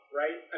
right